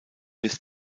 bis